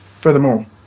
Furthermore